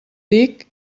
dir